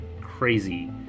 crazy